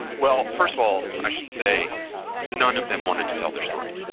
well first of all i should say none of them wanted to tell their story.